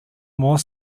more